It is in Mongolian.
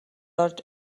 орж